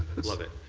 love it.